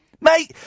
Mate